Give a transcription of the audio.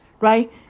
right